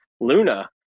Luna